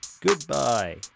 Goodbye